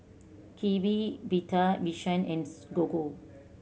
Kiwi Better Vision and Gogo